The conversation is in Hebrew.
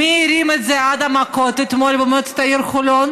מי הרים את זה עד המכות אתמול במועצת העיר חולון?